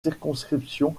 circonscription